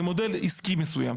זה מודל עסקי מסוים.